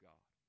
God